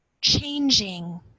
changing